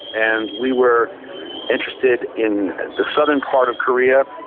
and we were interested in the southern part of korea.